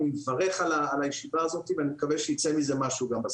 אני מברך על הישיבה הזו ואני מקווה שיצא מזה משהו גם בסוף.